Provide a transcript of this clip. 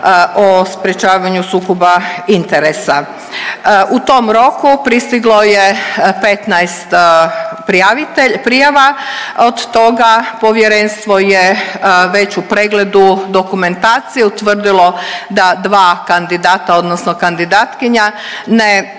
o sprječavanju sukoba interesa. U tom roku pristiglo je 15 prijavitelj…, prijava, od toga povjerenstvo je već u pregledu dokumentacije utvrdilo da 2 kandidata odnosno kandidatkinja ne